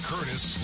Curtis